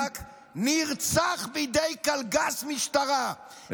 איאד אלחלאק נרצח בידי קלגס משטרה,